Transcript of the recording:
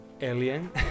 alien